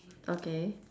okay